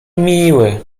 miły